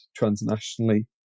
transnationally